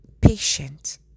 patient